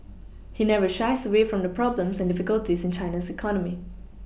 he never shies away from the problems and difficulties in China's economy